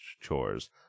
chores